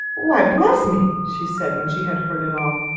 why, bless me! she said, when she had heard it all.